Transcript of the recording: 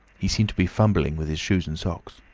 he seemed to be fumbling with his shoes and socks.